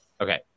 Okay